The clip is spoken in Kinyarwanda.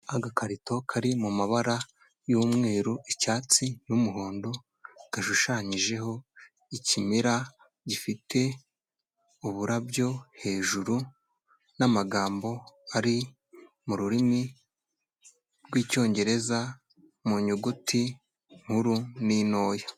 Agakarito kari mu mabara y'umweru, icyatsi n'umuhondo, gashushanyijeho ikimera gifite uburabyo hejuru n'amagambo ari mu rurimi rw'Icyongereza mu nyuguti nkuru n'intoya.